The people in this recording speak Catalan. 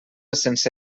sense